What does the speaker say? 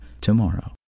tomorrow